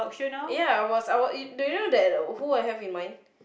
ya I was I was do you know that who I had in mind